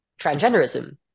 transgenderism